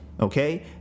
okay